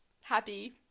happy